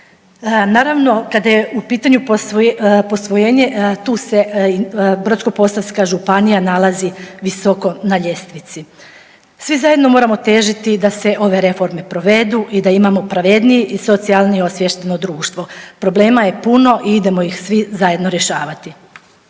Naravno kada je u pitanju posvojenje tu se Brodsko-posavska županija nalazi visoko na ljestvici. Svi zajedno moramo težiti da se ove reforme provedu i da imamo pravedniji i socijalnije osviješteno društvo. Problema je puno i idemo ih svi zajedno rješavati.